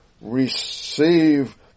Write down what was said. receive